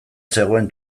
zegoen